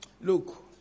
look